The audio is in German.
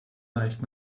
leicht